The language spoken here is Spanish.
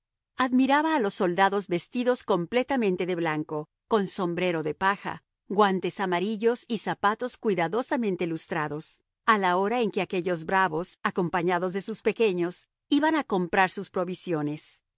admiraba a los soldados vestidos completamente de blanco con sombrero de paja guantes amarillos y zapatos cuidadosamente lustrados a la hora en que aquellos bravos acompañados de sus pequeños iban a comprar sus provisiones